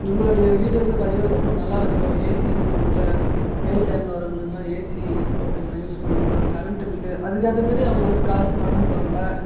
இவங்களோடைய வீடு வந்து பார்த்திங்கன்னா ரொம்ப நல்லா இருக்கும் ஏசி இருக்கு உள்ள வெயில் டைம்மில் வரவங்களுக்குலாம் ஏசி போட்டுக்கலாம் யூஸ் பண்ணிக்கலாம் கரண்ட்டு பில்லு அதற்கு ஏற்ற மாரி அவங்க வந்து காசு வாங்கிப்பாங்க